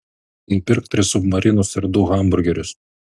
nupirk tris submarinus ir du hamburgerius